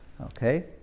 Okay